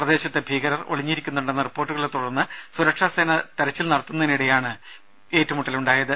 പ്രദേശത്ത് ഭീകരർ ഒളിഞ്ഞിരിക്കുന്നുണ്ടെന്ന റിപ്പോർട്ടുകളെ തുടർന്ന് സുരക്ഷാ സേന തെരച്ചിൽ നടത്തുന്നതിനിടെയാണ് ഏറ്റുമുട്ടലുണ്ടായത്